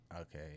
Okay